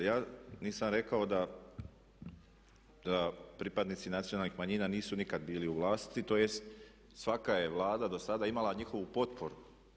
Ja nisam rekao da pripadnici nacionalnih manjina nisu nikad bili u vlasti tj. svaka je Vlada dosada imala njihovu potporu.